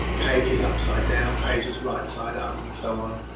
page is upside down, page is right side up and so on.